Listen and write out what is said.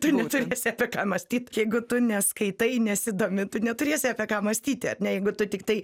tu neturėsi apie ką mąstyt jeigu tu neskaitai nesidomi tu neturėsi apie ką mąstyti ar ne jeigu tu tiktai